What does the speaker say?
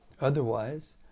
otherwise